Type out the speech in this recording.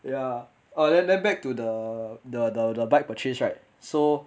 ya oh then then back to the the the the bike purchase right so